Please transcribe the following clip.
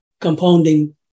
compounding